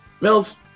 Mills